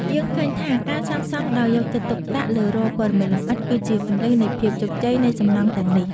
យើងឃើញថាការសាងសង់ដោយយកចិត្តទុកដាក់លើរាល់ព័ត៌មានលម្អិតគឺជាគន្លឹះនៃភាពជោគជ័យនៃសំណង់ទាំងនេះ។